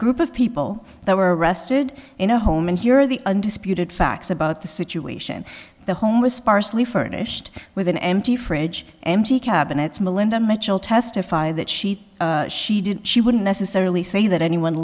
group of people that were arrested in a home and here are the undisputed facts about the situation the home was sparsely furnished with an empty fridge empty cabinets melinda mitchell testify that she she did she wouldn't necessarily say that anyone